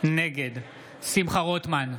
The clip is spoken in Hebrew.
נגד שמחה רוטמן,